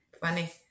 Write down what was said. Funny